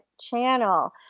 Channel